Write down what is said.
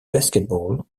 basketball